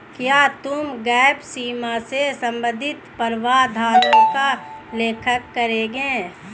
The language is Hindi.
क्या तुम गैप सीमा से संबंधित प्रावधानों का उल्लेख करोगे?